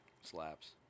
Slaps